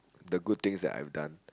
the good things that I've done